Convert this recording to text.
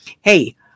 Hey